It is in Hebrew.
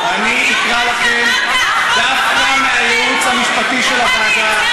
אקרא לכם דווקא מהייעוץ המשפטי של הוועדה.